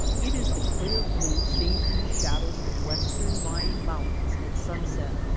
it is the clear blue seen in the shadows of western-lying mountains at sunset.